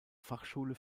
fachschule